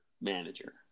manager